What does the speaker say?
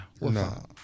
No